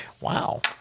wow